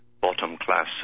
bottom-class